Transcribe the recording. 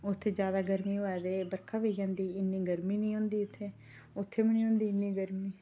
उत्थै ज्यादा गर्मी होवे ते बर्खा पेई जंदी इन्नी गर्मी नी हुंदी उत्थै उत्थै बी नी होंदी इन्नी गर्मी